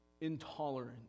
intolerant